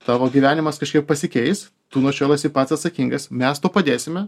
tavo gyvenimas kažkiek pasikeis tu nuo šiol esi pats atsakingas mes tau padėsime